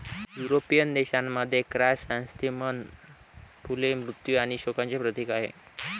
European देशांमध्ये, chrysanthemum फुले मृत्यू आणि शोकांचे प्रतीक आहेत